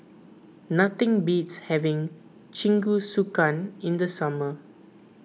nothing beats having Jingisukan in the summer